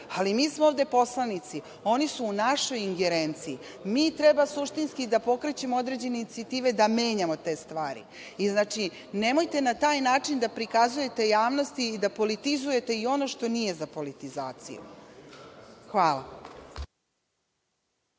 ali mi smo ovde poslanici. Oni su u našoj ingerenciji. Mi treba suštinski da pokrećemo određene inicijative, da menjamo te stvari. Nemojte na taj način da prikazujete javnosti i da politizujete ono što nije za politizaciju. Hvala.